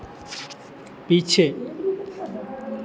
पीछे